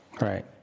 right